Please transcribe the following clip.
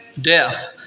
death